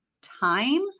time